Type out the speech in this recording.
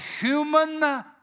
human